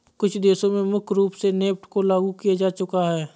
कुछ देशों में मुख्य रूप से नेफ्ट को लागू किया जा चुका है